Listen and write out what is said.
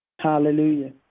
Hallelujah